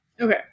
Okay